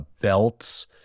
belts